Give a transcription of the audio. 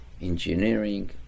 engineering